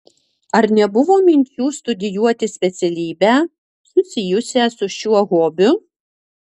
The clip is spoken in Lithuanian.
ar nebuvo minčių studijuoti specialybę susijusią su šiuo hobiu